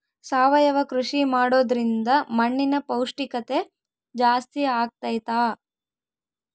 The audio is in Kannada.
ಸಾವಯವ ಕೃಷಿ ಮಾಡೋದ್ರಿಂದ ಮಣ್ಣಿನ ಪೌಷ್ಠಿಕತೆ ಜಾಸ್ತಿ ಆಗ್ತೈತಾ?